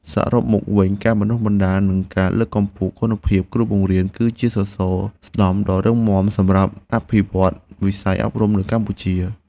សរុបមកវិញការបណ្តុះបណ្តាលនិងការលើកកម្ពស់គុណភាពគ្រូបង្រៀនគឺជាសសរស្តម្ភដ៏រឹងមាំសម្រាប់អភិវឌ្ឍវិស័យអប់រំនៅកម្ពុជា។